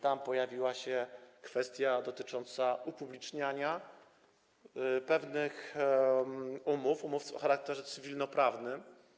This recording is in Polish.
Tam pojawiła się kwestia dotycząca upubliczniania pewnych umów o charakterze cywilnoprawnym.